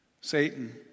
satan